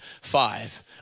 five